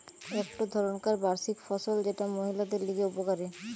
একটো ধরণকার বার্ষিক ফসল যেটা মহিলাদের লিগে উপকারী